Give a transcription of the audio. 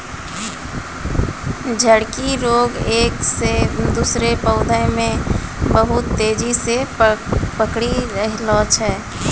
झड़की रोग एक से दुसरो पौधा मे बहुत तेजी से पकड़ी रहलो छै